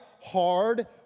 hard